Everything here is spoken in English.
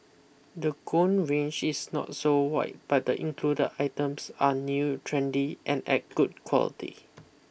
the gown range is not so wide but the included items are new trendy and at good quality